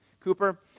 Cooper